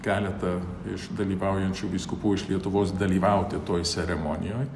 keletą iš dalyvaujančių vyskupų iš lietuvos dalyvauti toj ceremonijoj